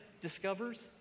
discovers